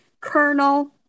Colonel